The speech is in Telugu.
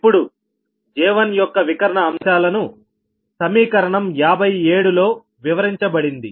ఇప్పుడు J1యొక్క వికర్ణ అంశాలను సమీకరణం 57 లో వివరించబడింది